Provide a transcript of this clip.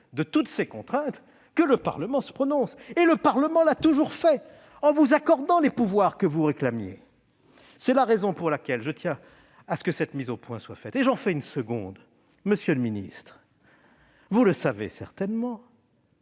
de toutes ces contraintes, que le Parlement se prononce. Et le Parlement l'a toujours fait en vous accordant les pouvoirs que vous réclamiez ! C'est la raison pour laquelle je tiens à ce que cette mise au point soit faite. Permettez-moi d'en faire une seconde. Monsieur le secrétaire d'État, vous le savez certainement,